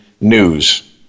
news